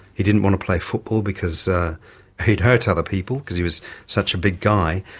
he didn't want to play football because he'd hurt other people because he was such a big guy.